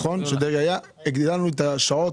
הגדלנו את השעות.